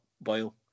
boil